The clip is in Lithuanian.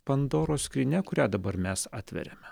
pandoros skrynia kurią dabar mes atveriame